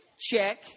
Check